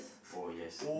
oh yes